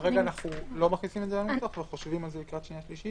כרגע אנחנו לא מכניסים את זה לנוסח וחושבים על זה לקראת שנייה שלישית.